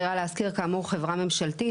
דירה להשכיר כאמור, חברה ממשלתית.